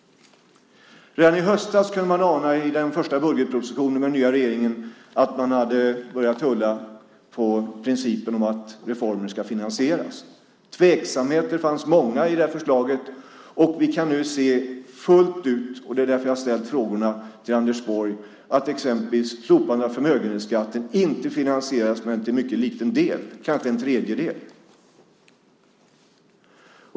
Redan i höstas kunde man i den nya regeringens första budgetproposition ana att man hade börjat tulla på principen att reformer ska finansieras. Det fanns många tveksamheter i förslagen, och vi kan nu se fullt ut - det är därför jag ställt frågorna till Anders Borg - att exempelvis slopandet av förmögenhetsskatten inte finansierats mer än till en mycket liten del, kanske en tredjedel.